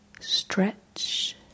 stretch